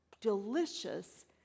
delicious